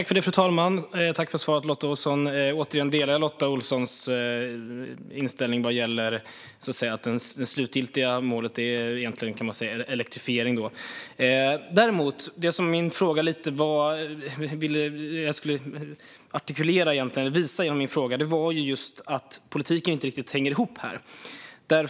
Fru talman! Tack för svaret, Lotta Olsson! Återigen delar jag Lotta Olssons inställning vad gäller att det slutgiltiga målet egentligen, kan man säga, är elektrifiering. Det jag ville visa genom min fråga var dock att politiken inte riktigt hänger ihop här.